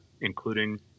including